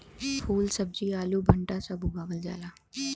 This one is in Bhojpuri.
फूल सब्जी आलू भंटा सब उगावल जाला